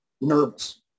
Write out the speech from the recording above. nervous